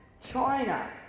China